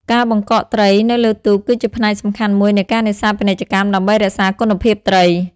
ការបង្កកត្រី នៅលើទូកគឺជាផ្នែកសំខាន់មួយនៃការនេសាទពាណិជ្ជកម្មដើម្បីរក្សាគុណភាពត្រី។